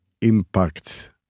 impact